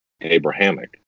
Abrahamic